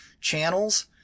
channels